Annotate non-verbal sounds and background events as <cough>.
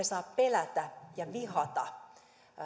<unintelligible> saa pelätä ja vihata